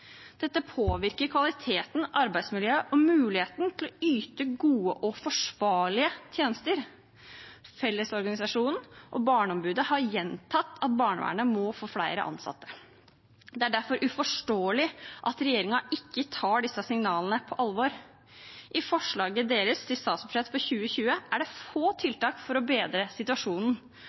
Dette påvirker kvaliteten, arbeidsmiljøet og muligheten til å yte gode og forsvarlige tjenester. Fellesorganisasjonen og Barneombudet har gjentatt at barnevernet må få flere ansatte. Det er derfor uforståelig at regjeringen ikke tar disse signalene på alvor. I forslaget deres til statsbudsjett for 2020 er det få tiltak for å bedre situasjonen,